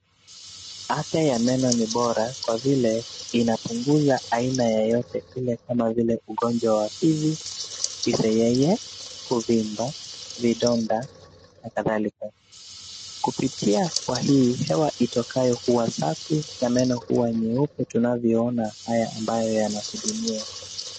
Afya ya meno ni bora kwa vile inapunguza aina yeyeyote ile kama vile ugonjwa wa fizi, kiseyeye, kuvimba, vidonda na kadhalika, kupitia kwa hii hewa itokayo huwa safi na meno huwa nyeupe tunavyoona haya ambayo yanahudumiwa.